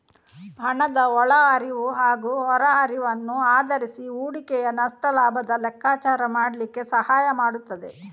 ಹಣದ ಒಳ ಹರಿವು ಹಾಗೂ ಹೊರ ಹರಿವನ್ನು ಆಧರಿಸಿ ಹೂಡಿಕೆಯ ನಷ್ಟ ಲಾಭದ ಲೆಕ್ಕಾಚಾರ ಮಾಡ್ಲಿಕ್ಕೆ ಸಹಾಯ ಮಾಡ್ತದೆ